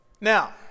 Now